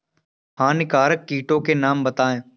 हानिकारक कीटों के नाम बताएँ?